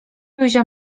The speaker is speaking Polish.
józia